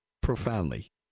Profoundly